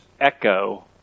echo